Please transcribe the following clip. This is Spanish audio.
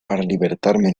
libertarme